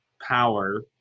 power